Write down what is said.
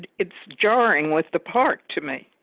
it's jarring. what's the part to me.